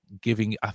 giving